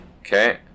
Okay